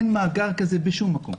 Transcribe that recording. אין מאגר כזה בשום מקום.